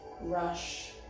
rush